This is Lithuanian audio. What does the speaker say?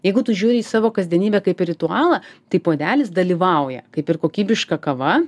jeigu tu žiūri į savo kasdienybę kaip į ritualą tai puodelis dalyvauja kaip ir kokybiška kava